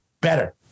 better